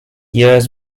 years